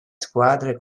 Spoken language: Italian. squadre